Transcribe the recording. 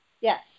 yes